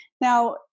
now